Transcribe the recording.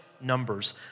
numbers